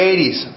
80s